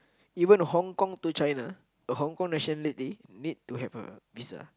even Hong-Kong to China a Hong-Kong nationality need to have a visa